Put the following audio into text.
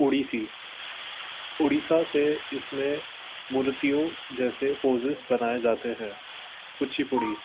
اڑیسی اڑیسہ سے اس میں مورتوں جیسے پوزیز بنائے جاتے ہیں کچی پڑی